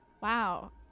Wow